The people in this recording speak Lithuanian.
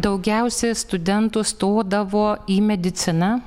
daugiausiai studentų stodavo į mediciną